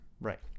Right